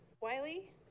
Wiley